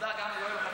תודה גם ליואל חסון.